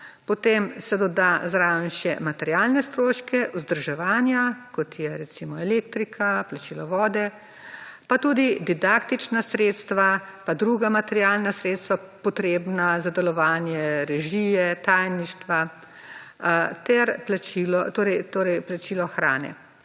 potem se doda zraven še materialne stroške, vzdrževanja kot je recimo elektrika, plačilo vode, pa tudi didaktična sredstva in druga materialna sredstva, potrebna za delovanje režije, tajništva, ter plačilo hrane.